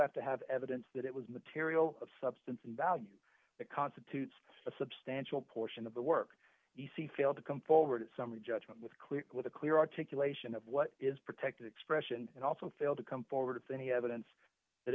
have to have evidence that it was material of substance and value that constitutes a substantial portion of the work he failed to come forward summary judgment with clear with a clear articulation of what is protected expression and also failed to come forward if any evidence that